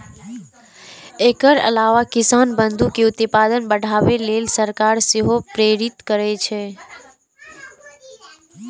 एकर अलावा किसान बंधु कें उत्पादन बढ़ाबै लेल सरकार सेहो प्रेरित करै छै